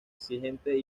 exigente